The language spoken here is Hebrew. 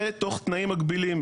ותוך תנאים מגבילים.